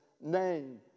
name